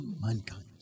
mankind